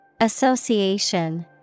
Association